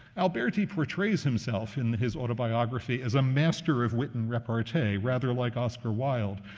alberti portrays himself in his autobiography as a master of wit and repartee, rather like oscar wilde.